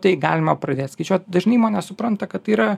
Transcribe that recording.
tai galima pradėt skaičiuot dažnai įmonės supranta kad yra